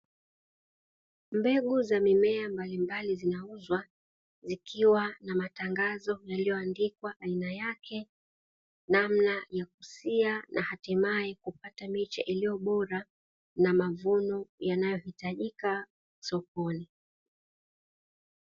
Mbegu za mimea mbalimbali zinauzwa, zikiwa na matangazo yaliyoandikwa aina yake, namna ya kusia, na hatimaye kupata miche iliyo bora na mavuno yanayohitajika sokoni.